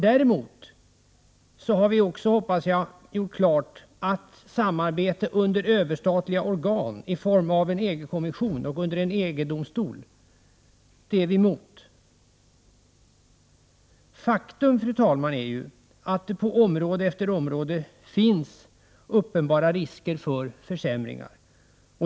Däremot har vi, hoppas jag, också gjort klart att vi är emot samarbete under överstatliga organ i form av en EG-kommission och under en EG-domstol. Fru talman! Faktum är att det på område efter område finns uppenbara risker för försämringar.